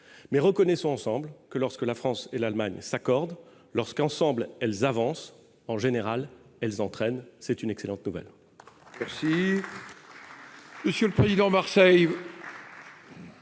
mais reconnaissons ensemble que, lorsque la France et l'Allemagne s'accordent, lorsque, ensemble, elles avancent, en général elles entraînent. C'est une excellente nouvelle